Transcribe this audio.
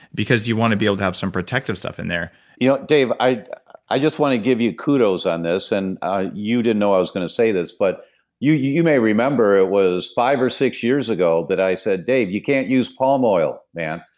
because you want to be able to have some protective stuff in there yeah dave, i i just want to give you kudos on this. and you didn't know i was going to say this, but you you may remember, it was five or six years ago that i said, dave, you can't use palm oil, man,